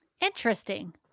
Interesting